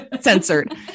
censored